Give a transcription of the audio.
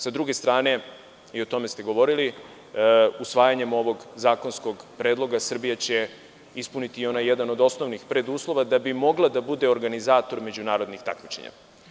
Sa druge strane, i o tome ste govorili, usvajanjem ovog zakonskog predloga Srbija će ispuniti i onaj jedan od osnovnih preduslova da bi mogla da bude organizator međunarodnih takmičenja.